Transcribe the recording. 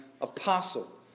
Apostle